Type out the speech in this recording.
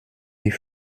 die